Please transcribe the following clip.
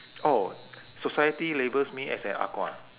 oh society labels me as an ah gua